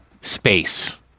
space